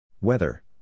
Weather